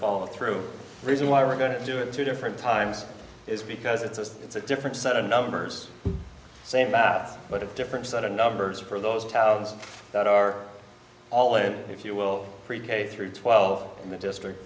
follow through reason why we're going to do it two different times is because it's a different set of numbers same path but a different set of numbers for those towns that are all in if you will through twelve in the district